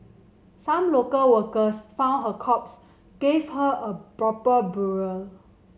some local workers found her corpse give her a proper burial